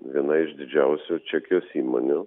viena iš didžiausių čekijos įmonių